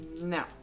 No